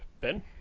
Ben